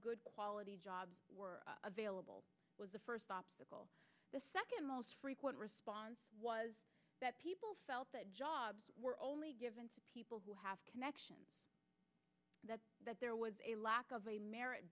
good quality jobs were available was the first obstacle the second most frequent response was that people felt that jobs were only given to people who have connections that that there was a lack of a merit